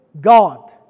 God